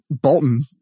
Bolton